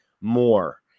more